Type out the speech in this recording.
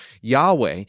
Yahweh